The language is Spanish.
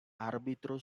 árbitro